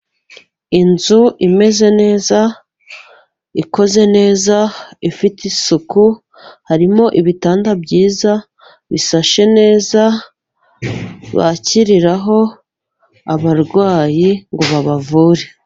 Inzu imeze neza ikoze neza ifite isuku, harimo ibitanda byiza bisashe neza bakiriraho abarwayi ngo babavure.